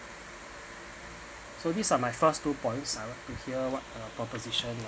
so these are my first two points I like to hear what uh proposition uh